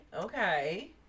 Okay